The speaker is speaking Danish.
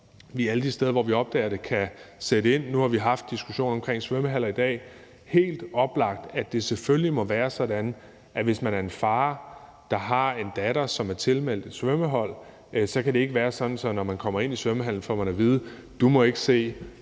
ind alle de steder, hvor vi opdager det. Nu vi har haft diskussionen omkring svømmehaller i dag. Det er helt oplagt, at det selvfølgelig må være sådan, at hvis man er en far, der har en datter, som er tilmeldt et svømmehold, så kan det ikke være sådan, at når man kommer ind i svømmehallen, får man at vide: Du må ikke se